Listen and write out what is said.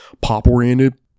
pop-oriented